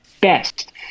best